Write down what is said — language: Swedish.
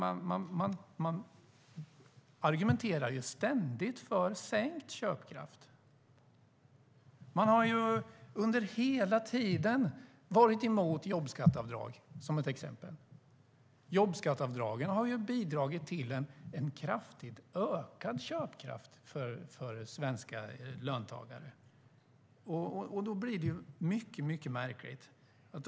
Man argumenterar ju ständigt för sänkt köpkraft. Under hela tiden har man varit emot jobbskatteavdraget - för att ta ett exempel. Jobbskatteavdragen har bidragit till en kraftigt ökad köpkraft för svenska löntagare. Då blir detta mycket märkligt.